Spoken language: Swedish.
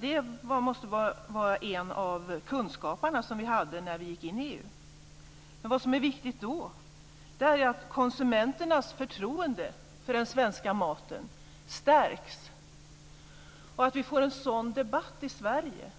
Det måste vara en av de kunskaper vi hade när vi gick in i Vad som är viktigt är att konsumenternas förtroende för den svenska maten stärks och att vi får en sådan debatt i Sverige.